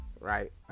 right